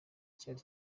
cyari